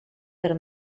per